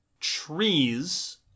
trees